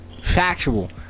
factual